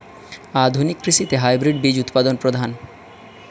আধুনিক কৃষিতে হাইব্রিড বীজ উৎপাদন প্রধান